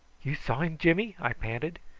you saw him, jimmy? i panted.